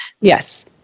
Yes